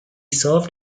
served